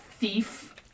Thief